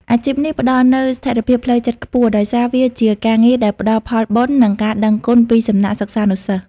អាជីពនេះផ្តល់នូវស្ថិរភាពផ្លូវចិត្តខ្ពស់ ដោយសារវាជាការងារដែលផ្តល់ផលបុណ្យ និងការដឹងគុណពីសំណាក់សិស្សានុសិស្ស។